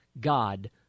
God